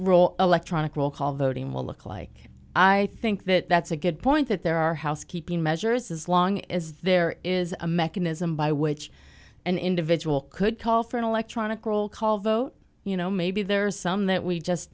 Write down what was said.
role electronic roll call voting will look like i think that that's a good point that there are housekeeping measures as long as there is a mechanism by which an individual could call for an electronic roll call vote you know maybe there are some that we just